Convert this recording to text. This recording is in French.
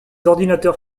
ordinateurs